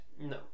No